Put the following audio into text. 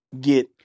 get